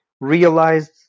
realized